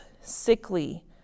sickly